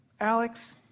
Alex